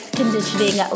conditioning